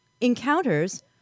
encounters